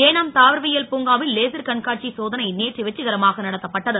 ஏனாம் தாவரவியல் பூங்காவில் லேசர் கண்காட்சி சோதனை நேற்று வெற்றிகரமாக நடத்தப்பட்டது